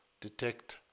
detect